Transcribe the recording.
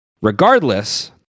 regardless